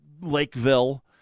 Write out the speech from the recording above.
Lakeville